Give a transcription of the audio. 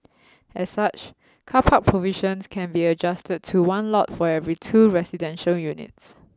as such car park provisions can be adjusted to one lot for every two residential units